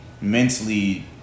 mentally